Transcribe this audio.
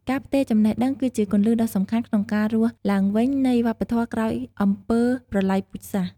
ការផ្ទេរចំណេះដឹង គឺជាគន្លឹះដ៏សំខាន់ក្នុងការរស់ឡើងវិញនៃវប្បធម៌ក្រោយអំពើប្រល័យពូជសាសន៍។